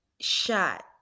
shot